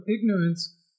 ignorance